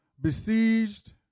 besieged